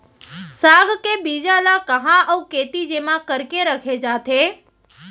साग के बीज ला कहाँ अऊ केती जेमा करके रखे जाथे?